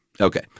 Okay